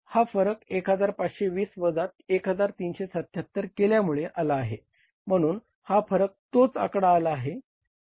हा फरक 1520 वजा 1377 केल्यामुळे आला आहे म्हणून हा फरक तोच आकडा आला आहे